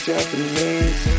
Japanese